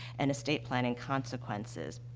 and estate planning consequences.